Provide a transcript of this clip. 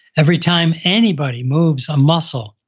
every time anybody moves a muscle,